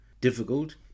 difficult